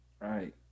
Right